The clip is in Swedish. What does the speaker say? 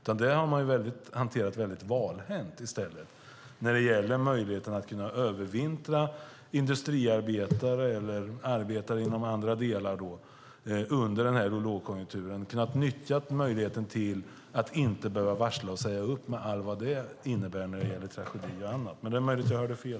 Man har hanterat det väldigt valhänt när det gäller möjligheterna för industriarbetare eller arbetare inom andra delar att övervintra under lågkonjunkturen och nyttja möjligheten att inte behöva varsla och säga upp, med allt vad det innebär av tragedier och annat. Men det är möjligt att jag hörde fel.